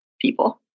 people